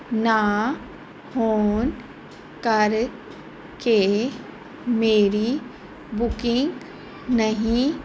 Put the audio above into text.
ਨਾ ਹੋਣ ਕਰ ਕੇ ਮੇਰੀ ਬੁਕਿੰਗ ਨਹੀਂ